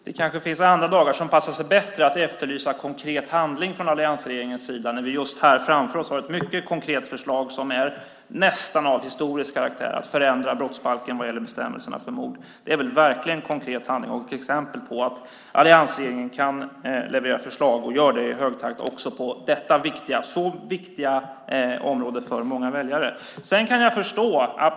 Fru talman! Det kanske finns andra dagar då det passar bättre att efterlysa konkret handling från alliansregeringens sida än när vi just här framför oss har ett mycket konkret förslag som är nästan av historisk karaktär, nämligen att förändra brottsbalken vad gäller bestämmelserna för mord. Det är väl verkligen konkret handling och exempel på att alliansregeringen kan leverera förslag och gör det i hög takt också på detta för många väljare så viktiga område.